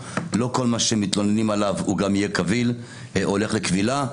לא כל מה שמתלוננים עליו גם הולך לקבילה.